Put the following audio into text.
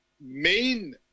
main